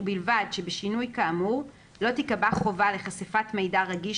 ובלבד שבשינוי כאמור לא תיקבע חובה לחשיפת מידע רגיש